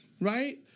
right